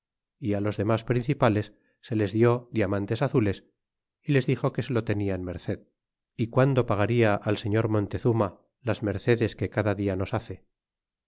é los demas principales se les dió diamantes azules y les dixo que se lo tenia en merced é guando pagada al señor montezurna las mercedes que cada dia nos hace